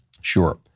Sure